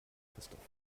christoph